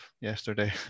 yesterday